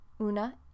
una